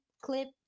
clip